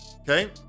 Okay